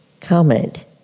comment